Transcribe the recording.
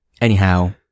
Anyhow